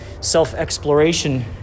self-exploration